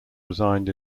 resigned